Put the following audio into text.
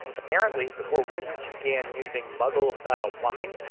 apparently, before wizards began using muggle-style plumbing,